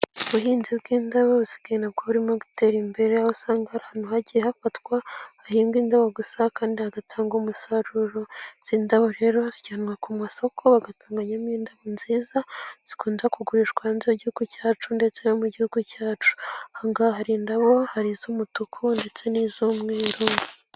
ubuhinzi bw'indayabo buzigaye nabwo burimo gutera imbere, aho usanga ahantu hagiye hafatwa, hahinga indabo gusa kandi hagatanga umusaruro. Izi indabo rero zijyanwa ku masoko, bagatunganyamo indabo nziza, zikunda kugurishwa hanze y'igihugu cyacu ndetse no mu gihugu cyacu. Aha ngaha hari indabo, hari iz'umutuku ndetse n'iz'umweru.